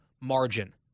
margin